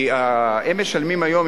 כי הם משלמים היום,